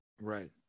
right